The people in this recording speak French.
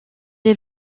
est